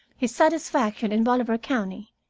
his satisfaction in bolivar county,